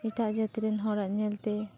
ᱮᱴᱟᱜ ᱡᱟᱹᱛ ᱨᱮᱱ ᱦᱚᱲᱟᱜ ᱧᱮᱞ ᱛᱮ